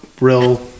real